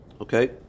Okay